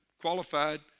qualified